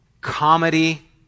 comedy